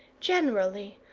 generally,